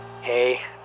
Hey